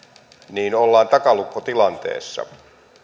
niin ollaan takalukkotilanteessa